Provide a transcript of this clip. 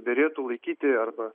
derėtų laikyti arba